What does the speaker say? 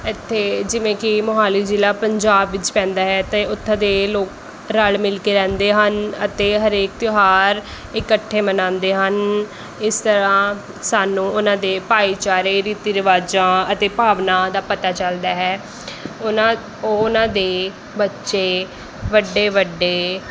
ਇੱਥੇ ਜਿਵੇਂ ਕਿ ਮੋਹਾਲੀ ਜ਼ਿਲ੍ਹਾ ਪੰਜਾਬ ਵਿੱਚ ਪੈਂਦਾ ਹੈ ਅਤੇ ਉੱਥੋਂ ਦੇ ਲੋਕ ਰਲ਼ ਮਿਲ਼ ਕੇ ਰਹਿੰਦੇ ਹਨ ਅਤੇ ਹਰੇਕ ਤਿਉਹਾਰ ਇਕੱਠੇ ਮਨਾਉਂਦੇ ਹਨ ਇਸ ਤਰ੍ਹਾਂ ਸਾਨੂੰ ਉਨ੍ਹਾਂ ਦੇ ਭਾਈਚਾਰੇ ਰੀਤੀ ਰਿਵਾਜਾਂ ਅਤੇ ਭਾਵਨਾ ਦਾ ਪਤਾ ਚੱਲਦਾ ਹੈ ਉਨ੍ਹਾਂ ਉਨ੍ਹਾਂ ਦੇ ਬੱਚੇ ਵੱਡੇ ਵੱਡੇ